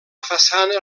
façana